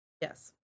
Yes